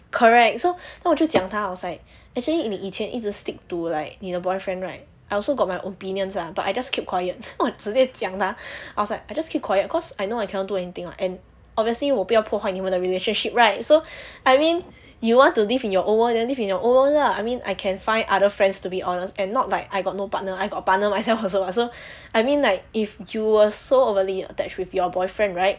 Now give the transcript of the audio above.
correct so 我就讲她 I was like actually 你以前一直 stick to like 你的 boyfriend right I also got my opinions lah but I just keep quiet 我直接讲她 I was like I keep quiet cause I know I cannot do anything [what] and obviously 我不要破坏你们的 relationship right so I mean you want to live in your own world then live in your own world lah I mean I can find other friends to be honest and not like I got no partner I got partner myself also [what] so I mean like if you were so overly attached with your boyfriend right